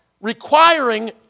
requiring